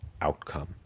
outcome